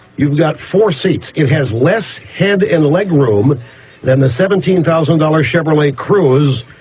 you've got four seats. it has less head and leg room than the seventeen thousand dollars chevrolet cruise,